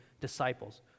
disciples